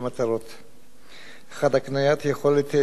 1. הקניית יכולות ניטור ובקרה בידי שב"ס